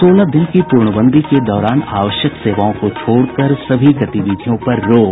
सोलह दिन की पूर्णबंदी के दौरान आवश्यक सेवाओं को छोड़कर सभी गतिविधियों पर रोक